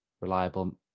reliable